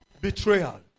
Betrayal